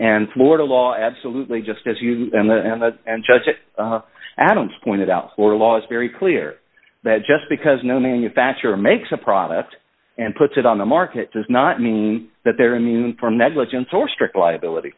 and florida law absolutely just as you and judge adams pointed out or law is very clear that just because no manufacturer makes a product and puts it on the market does not mean that they're immune from negligence or strict liability